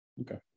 Okay